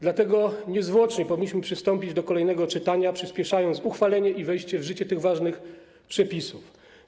Dlatego niezwłocznie powinniśmy przystąpić do kolejnego czytania, przyspieszając uchwalenie i wejście w życie tych ważnych przepisów.